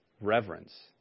reverence